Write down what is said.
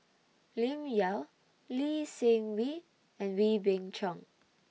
Lim Yau Lee Seng Wee and Wee Beng Chong